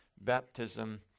baptism